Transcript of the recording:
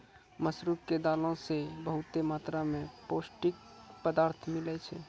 मसूर के दालो से बहुते मात्रा मे पौष्टिक पदार्थ मिलै छै